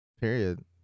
period